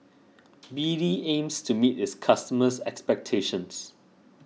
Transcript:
B D aims to meet its customers' expectations